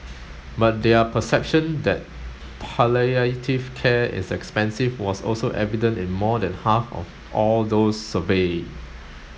but their perception that palliative care is expensive was also evident in more than half of all those surveyed